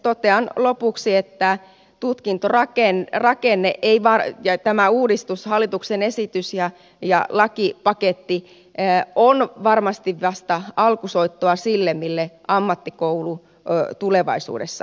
totean lopuksi että tutkintorakenne ja tämä uudistus hallituksen esitys ja lakipaketti ovat varmasti vasta alkusoittoa sille miltä ammattikoulu tulevaisuudessa näyttää